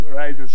right